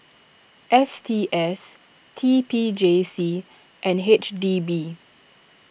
S T S T P J C and H D B